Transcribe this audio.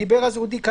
דיבר אז אודי קלינר: